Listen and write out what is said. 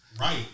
Right